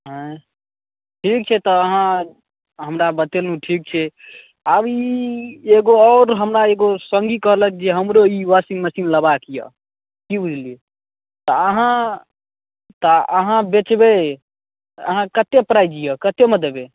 आँय ठीक छै तऽ अहाँ हमरा बतेलहुँ ठीक छै आब ई एगो आओर हमरा एगो सङ्गी कहलक जे हमरो ई वॉशिंग मशीन लेबाक यए की बुझलियै तऽ अहाँ तऽ अहाँ बेचबै अहाँके कतेक प्राइस यए कतेकमे देबै